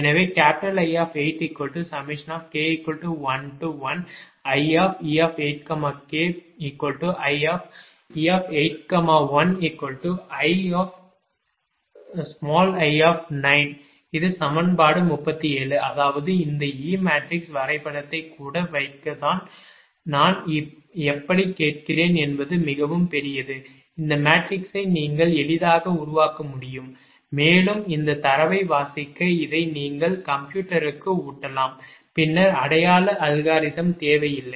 எனவே இங்கே NjjN81 எனவே I8k11ie8kie81i9 இது சமன்பாடு 37 அதாவது இந்த e மேட்ரிக்ஸ் வரைபடத்தை கூட வைக்க நான் எப்படி கேட்கிறேன் என்பது மிகவும் பெரியது இந்த மேட்ரிக்ஸை நீங்கள் எளிதாக உருவாக்க முடியும் மேலும் இந்த தரவை வாசிக்க இதை நீங்கள் கம்ப்யூட்டருக்கு ஊட்டலாம் பின்னர் அடையாள அல்காரிதம் தேவையில்லை